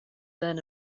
learn